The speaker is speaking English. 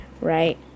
right